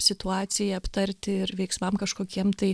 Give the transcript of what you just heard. situaciją aptarti ir veiksmam kažkokiem tai